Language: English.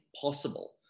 possible